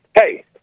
Hey